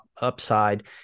upside